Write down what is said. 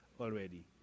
already